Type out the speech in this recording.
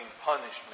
punishment